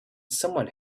someone